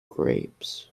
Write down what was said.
grapes